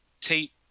tape